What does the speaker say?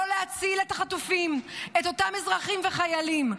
לא להציל את החטופים, את אותם אזרחים וחיילים.